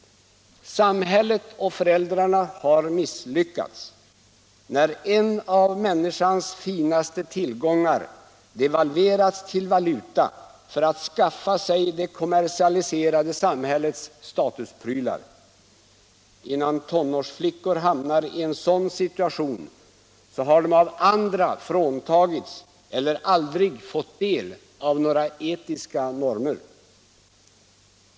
Samhället och föräldrarna har misslyckats när en av människans finaste tillgångar har devalverats till valuta för att skaffa sig det kommersialiserade samhällets statusprylar. Innan tonårsflickor hamnar i en sådan situation har de av andra fråntagits eller aldrig fått del av några etiska normer.